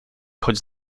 chodź